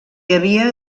havia